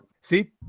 see